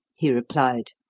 he replied.